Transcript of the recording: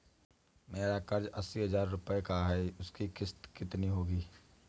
मेरा कर्ज अस्सी हज़ार रुपये का है उसकी किश्त कितनी होगी?